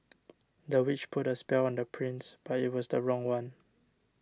the witch put a spell on the prince but it was the wrong one